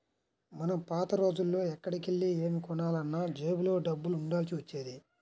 మనం పాత రోజుల్లో ఎక్కడికెళ్ళి ఏమి కొనాలన్నా జేబులో డబ్బులు ఉండాల్సి వచ్చేది